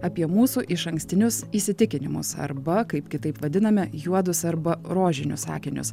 apie mūsų išankstinius įsitikinimus arba kaip kitaip vadiname juodus arba rožinius akinius